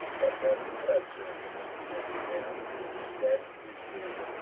but have pleasure in them that do them.